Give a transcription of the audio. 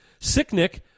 Sicknick